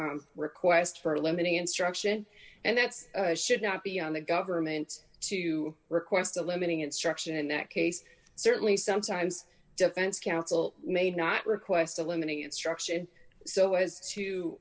request for limiting instruction and that's should not be on the government to request a limiting instruction in that case certainly sometimes defense counsel may not request eliminating instruction so as to